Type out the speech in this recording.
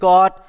God